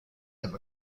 have